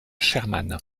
sherman